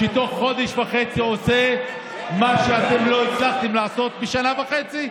שתוך חודש וחצי עושה את מה שאתם לא הצלחתם לעשות בשנה וחצי.